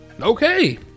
Okay